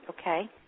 Okay